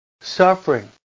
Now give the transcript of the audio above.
suffering